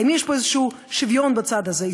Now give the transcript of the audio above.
האם יש פה איזה שוויון בצד הזה,